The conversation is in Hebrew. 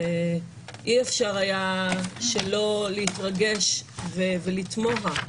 אי אפשר היה שלא להתרגש ולתמוה,